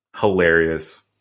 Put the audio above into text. Hilarious